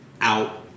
Out